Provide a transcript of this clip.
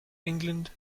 england